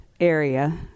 area